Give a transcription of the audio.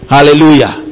Hallelujah